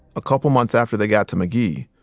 a couple months after they got to magee,